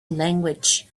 language